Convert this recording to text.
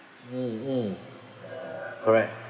mm mm correct